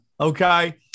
Okay